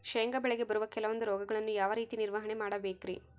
ಶೇಂಗಾ ಬೆಳೆಗೆ ಬರುವ ಕೆಲವೊಂದು ರೋಗಗಳನ್ನು ಯಾವ ರೇತಿ ನಿರ್ವಹಣೆ ಮಾಡಬೇಕ್ರಿ?